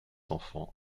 enfants